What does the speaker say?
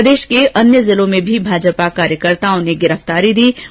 प्रदेश के विभिन्न जिलों में भी भाजपा कार्यकर्ताओं ने गिरफफ्तारियां दीं